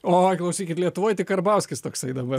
oi klausykit lietuvoj tik karbauskis toksai dabar